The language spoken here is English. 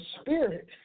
spirit